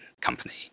company